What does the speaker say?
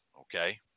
okay